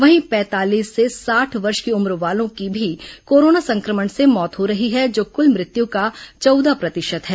वहीं पैंतालीस से साठ वर्ष की उम्र वालों की भी कोरोना संक्रमण से मौत हो रही है जो क्ल मृत्यू का चौदह प्रतिशत है